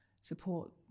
support